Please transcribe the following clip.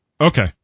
okay